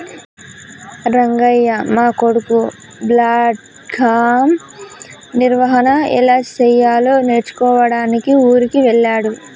రంగయ్య మా కొడుకు బ్లాక్గ్రామ్ నిర్వహన ఎలా సెయ్యాలో నేర్చుకోడానికి ఊరికి వెళ్ళాడు